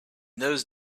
those